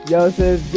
Joseph